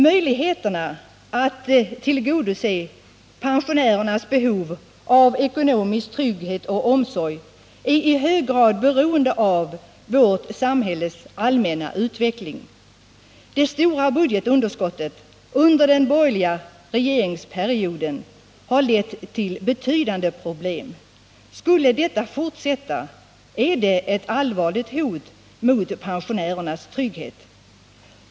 Möjligheterna att tillgodose pensionärernas behov av ekonomisk trygghet och omsorg är emellertid i hög grad beroende av vårt samhälles allmänna utveckling. Det stora budgetunderskottet under den borgerliga regeringsperioden har lett till betydande problem. Skulle detta fortsätta är det ett allvarligt hot mot pensionärernas trygghet.